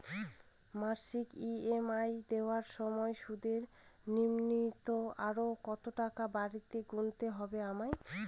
মাসিক ই.এম.আই দেওয়ার সময়ে সুদের নিমিত্ত আরো কতটাকা বাড়তি গুণতে হবে আমায়?